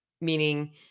meaning